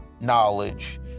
knowledge